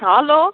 hello